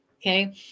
Okay